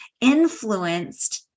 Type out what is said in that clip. influenced